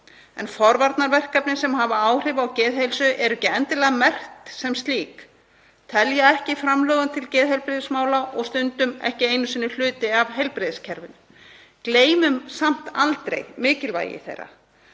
en forvarnaverkefni sem hafa áhrif á geðheilsu eru ekki endilega merkt sem slík, telja ekki í framlögum til geðheilbrigðismála og eru stundum ekki einu sinni hluti af heilbrigðiskerfinu. Gleymum samt aldrei mikilvægi þeirra.